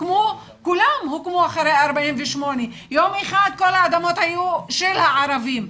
כולם הוקמו אחרי 48'. יום אחד כל האדמות היו של הערבים,